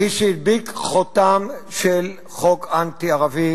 מי שהדביק חותם של חוק אנטי-ערבי